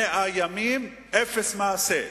100 ימים, אפס מעשה.